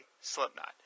Slipknot